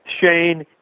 Shane